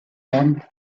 bahn